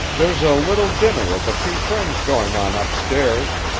there's a little dinner of a few friends going on up stairs,